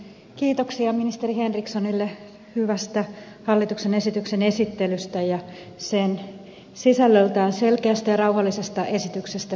kiitoksia ministeri henrikssonille hyvästä hallituksen esityksen esittelystä ja sen sisällöltään selkeästä ja rauhallisesta esityksestä